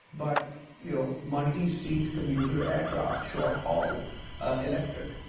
but you know multi-seat commuter aircraft, short-haul electric.